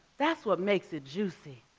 that's what makes it juicy.